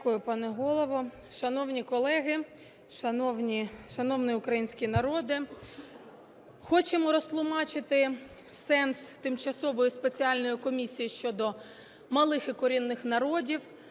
Дякую, пане голово. Шановні колеги, шановний український народе, хочемо розтлумачити сенс Тимчасової спеціальної комісії щодо малих і корінних народів